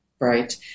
right